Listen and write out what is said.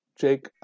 Jake